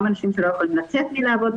גם האנשים משם שלא יכולים לצאת ולעבוד,